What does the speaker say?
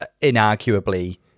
inarguably